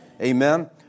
Amen